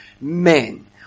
men